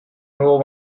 nuevo